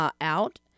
Out